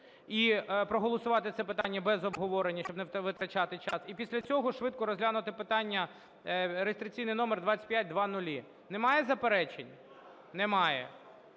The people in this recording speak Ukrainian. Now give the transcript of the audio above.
і проголосувати це питання без обговорення, щоб не витрачати час, і після цього швидко розглянути питання, реєстраційний номер 2500. Немає заперечень? Немає.